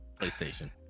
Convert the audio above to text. PlayStation